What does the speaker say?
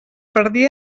perdia